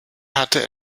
hatte